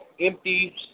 empty